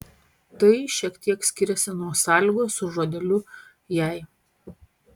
tai šiek tiek skiriasi nuo sąlygos su žodeliu jei